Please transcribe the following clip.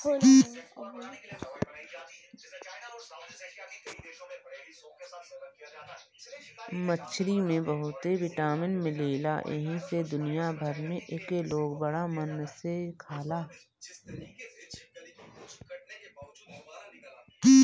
मछरी में बहुते विटामिन मिलेला एही से दुनिया भर में एके लोग बड़ा मन से खाला